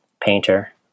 painter